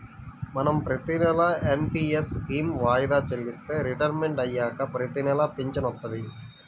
మనం ప్రతినెలా NPS scheme వాయిదా చెల్లిస్తే రిటైర్మంట్ అయ్యాక ప్రతినెలా పింఛను వత్తది